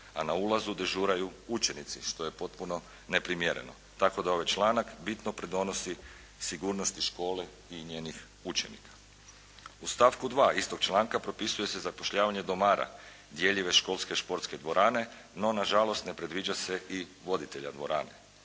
A na ulazu dežuraju učenici, što je potpuno neprimjereno. Tako da ovaj članak bitno pridonosi sigurnosti škole i njenih učenika. U stavku 2. istog članka propisuje se zapošljavanje domara, djeljive školske športske dvorane, no na žalost ne predviđa se i voditelja dvorane.